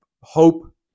hope